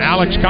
Alex